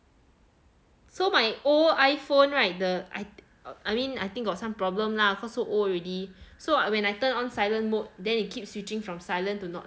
so my old iphone right the I I mean I think got some problem lah cause so old already so I when I turn on silent mode then it keep switching from silent to not